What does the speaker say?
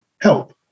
help